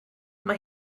mae